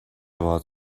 باهات